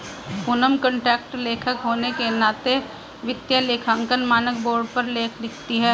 Poonam content लेखक होने के नाते वित्तीय लेखांकन मानक बोर्ड पर लेख लिखती है